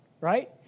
right